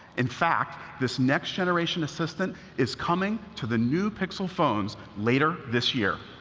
in fact, this next generation assistant is coming to the new pixel phones later this year.